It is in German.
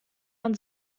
man